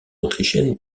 autrichienne